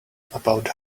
about